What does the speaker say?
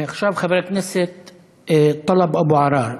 עכשיו חבר הכנסת טלב אבו עראר.